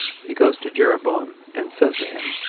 he goes to jeroboam, and says to him,